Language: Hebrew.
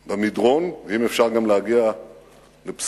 במדרון, ואם אפשר גם להגיע לפסגות.